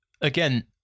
again